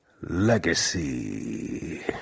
Legacy